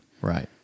Right